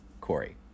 Corey